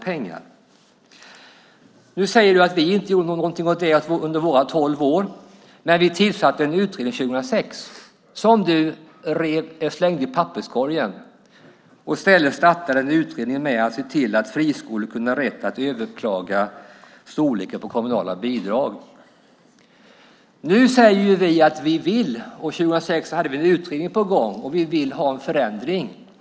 Nu säger du, Jan Björklund, att vi inte gjorde någonting åt det under våra tolv år vid makten. Vi tillsatte en utredning 2006 som du slängde i papperskorgen och startade i stället en utredning för att se till att friskolor kunde ha rätt att överklaga storleken på kommunala bidrag. År 2006 hade vi en utredning på gång, och vi vill ha en förändring.